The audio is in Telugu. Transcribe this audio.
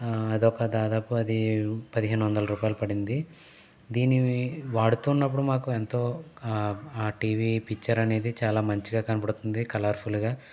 ఆ అది ఒక దాదాపు అది పదిహేను వందల రూపాయలు పడిండి దీని వాడుతున్నపుడు మాకు ఎంతో ఆ టీవీ పిక్చర్ అనేది చాలా మంచిగా కనబడుతుంది కలర్ ఫుల్ గా